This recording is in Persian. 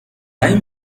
این